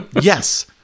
yes